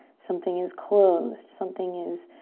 something is closed, something is